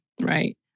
Right